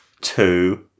two